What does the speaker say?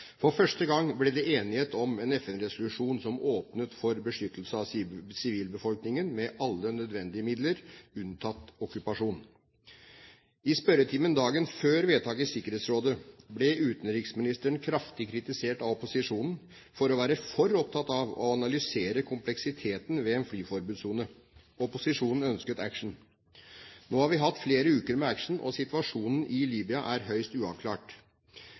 For første gang ble det enighet om en FN-resolusjon som åpnet for beskyttelse av sivilbefolkningen med alle nødvendige midler, unntatt okkupasjon. I spørretimen dagen før vedtaket i Sikkerhetsrådet ble utenriksministeren kraftig kritisert av opposisjonen for å være for opptatt av å analysere kompleksiteten ved en flyforbudssone. Opposisjonen ønsket action. Nå har vi hatt flere uker med action, og situasjonen i Libya er høyst uavklart.